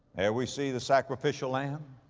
there we see the sacrificial lamb.